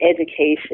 education